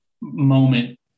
moment